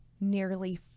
nearly